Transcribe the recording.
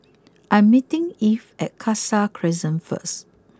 I'm meeting Eve at Khalsa Crescent first